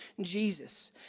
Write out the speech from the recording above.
Jesus